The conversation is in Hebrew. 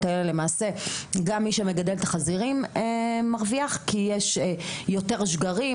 האלה למעשה גם מי שמגדל את החזירים מרוויח כי יש יותר שגרים,